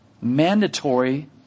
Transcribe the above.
mandatory